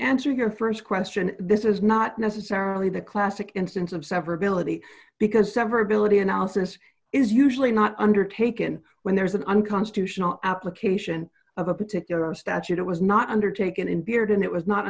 answer your st question this is not necessarily the classic instance of severability because severability analysis is usually not undertaken when there is an unconstitutional application of a particular statute it was not undertaken in bearden it was not